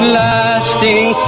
lasting